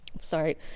sorry